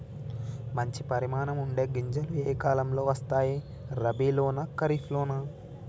మంచి పరిమాణం ఉండే గింజలు ఏ కాలం లో వస్తాయి? రబీ లోనా? ఖరీఫ్ లోనా?